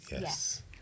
yes